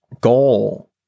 goal